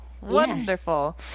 wonderful